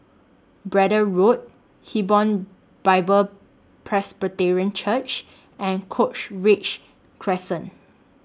Braddell Road Hebron Bible Presbyterian Church and Cochrane Crescent